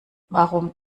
warum